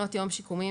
מעונות יום שיקומיים,